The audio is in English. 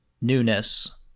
newness